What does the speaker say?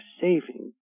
saving